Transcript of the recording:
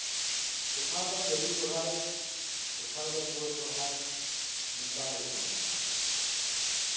ᱠᱳᱛᱷᱟᱣ ᱫᱮ ᱠᱟᱹᱞᱤ ᱥᱚᱨᱦᱟᱭ ᱠᱳᱛᱷᱟᱣ ᱫᱚ ᱯᱳᱥ ᱥᱚᱨᱦᱟᱭ ᱱᱚᱝᱠᱟ ᱦᱩᱭᱩᱜ ᱛᱟᱵᱚᱱᱟ